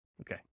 Okay